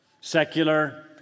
secular